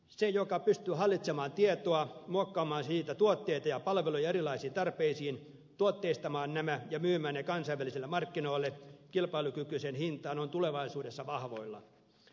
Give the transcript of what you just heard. se joka pystyy hallitsemaan tietoa muokkaamaan siitä tuotteita ja palveluja erilaisiin tarpeisiin tuotteistamaan nämä ja myymään ne kansainvälisille markkinoille kilpailukykyiseen hintaan on tulevaisuudessa vahvoilla